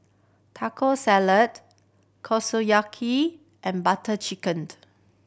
Taco Salad Kushiyaki and Butter Chickened